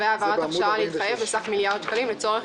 והעברת הרשאה להתחייב סך 1 מיליארד שקלים לצורך